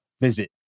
visit